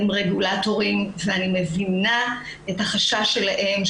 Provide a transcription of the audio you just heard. הם רגולטורים ואני מבינה את החשש שלהם,